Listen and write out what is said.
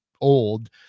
old